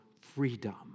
freedom